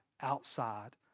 outside